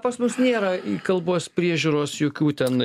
pas mus nėra kalbos priežiūros jokių ten